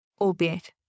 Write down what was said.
albeit